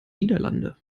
niederlande